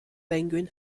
penguin